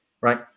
right